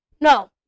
No